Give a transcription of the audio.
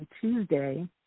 Tuesday